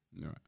Right